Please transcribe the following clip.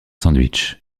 sandwich